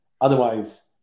Otherwise